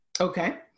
okay